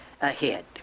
ahead